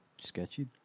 sketchy